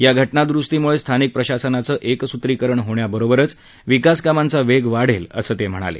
या घटनादुरुस्तीमुळे स्थानिक प्रशासनाचं एकसूत्रीकरण होण्याबरोबरच विकासकामांचा वेग वाढेल असं ते म्हणाले